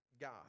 God